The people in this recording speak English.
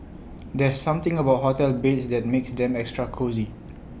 there's something about hotel beds that makes them extra cosy